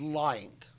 lying